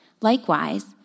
Likewise